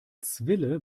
zwille